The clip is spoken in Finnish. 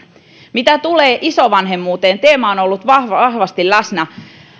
mitä tulee isovanhemmuuteen teema on ollut vahvasti läsnä